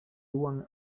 duan